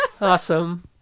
Awesome